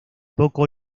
poco